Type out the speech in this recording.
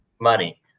Money